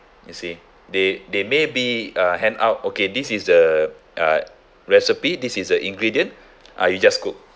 you see they they may be a handout okay this is the uh recipe this is a ingredient uh you just cook